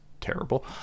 terrible